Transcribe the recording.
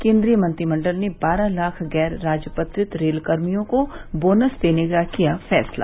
केन्द्रीय मंत्रिमंडल ने बारह लाख गैर राजपत्रित रेल कर्मियों को बोनस देने का किया फैसला